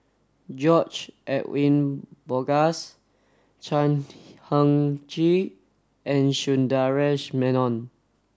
George Edwin Bogaars Chan Heng Chee and Sundaresh Menon